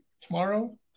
tomorrow